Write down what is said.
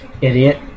Idiot